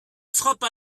frappa